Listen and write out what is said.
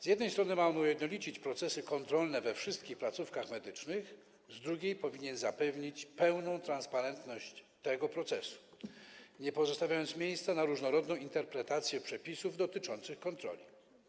Z jednej strony, ma on ujednolicić procesy kontrolne we wszystkich placówkach medycznych, z drugiej, powinien zapewnić pełną transparentność tego procesu, nie pozostawiając miejsca na różnorodną interpretację przepisów dotyczących kontroli.